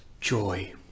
joy